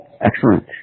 Excellent